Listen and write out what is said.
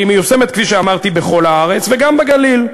והיא מיושמת, כפי שאמרתי, בכל הארץ וגם בגליל.